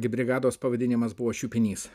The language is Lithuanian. gi brigados pavadinimas buvo šiupinys